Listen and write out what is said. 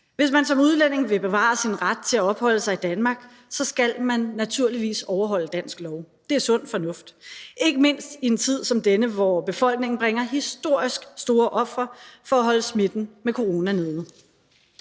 Hvis man som udlænding vil bevare sin ret til at opholde sig i Danmark, skal man naturligvis overholde dansk lov. Det er sund fornuft, ikke mindst i en tid som denne, hvor befolkningen bringer historisk store ofre for at holde smitten med corona nede,